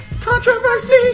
Controversy